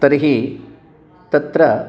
तर्हि तत्र